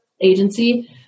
agency